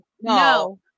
no